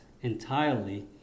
entirely